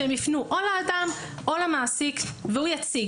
שהם יפנו או לאדם או למעסיק והוא יציג.